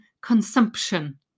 consumption